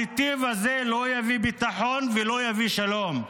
הנתיב הזה לא יביא ביטחון ולא יביא שלום,